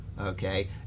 okay